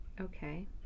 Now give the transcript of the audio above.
Okay